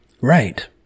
Right